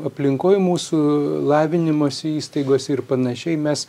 aplinkoj mūsų lavinimosi įstaigose ir panašiai mes